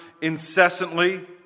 incessantly